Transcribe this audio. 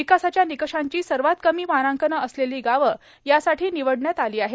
विकासाच्या निकषांची सर्वात कमी मानांकनं असलेली गावं यासाठी निवडण्यात आली आहेत